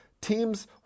teams